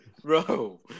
Bro